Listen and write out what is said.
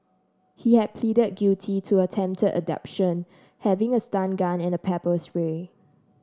he had pleaded guilty to attempted abduction having a stun gun and a pepper spray